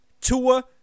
Tua